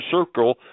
circle